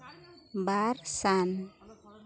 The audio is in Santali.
ᱵᱟᱨ ᱥᱟᱱ